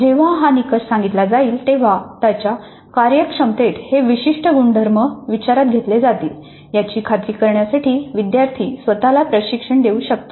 जेव्हा हा निकष सांगितला जाईल तेव्हा त्याच्या कार्यक्षमतेत हे विशिष्ट गुणधर्म विचारात घेतले जातील याची खात्री करण्यासाठी विद्यार्थी स्वत ला प्रशिक्षण देऊ शकतो